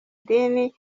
dini